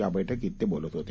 या बैठकीत ते बोलत होते